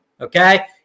okay